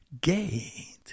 gate